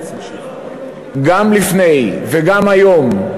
גם לפני וגם היום,